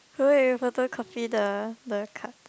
wait photocopy the the card